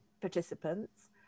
participants